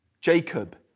jacob